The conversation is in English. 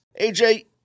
AJ